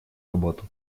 работу